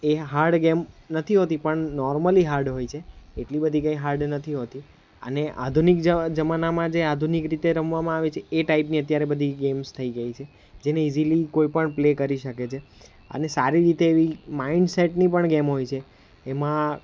એ hard game નથી હોતી પણ નોર્મલી હાર્ડ હોય છે એટલી બધી કંઈ હાર્ડ નથી હોતી અને આધુનિક જ જમાનામાં જે આધુનિક રીતે રમવામાં આવે છે એ ટાઈપની અત્યારે બધી ગેમ્સ થઈ ગઈ છે જેને ઇઝીલી કોઈ પણ પ્લે કરી શકે છે અને સારી રીતે એવી માઇન્ડ સેટની ગેમ હોય છે એમાં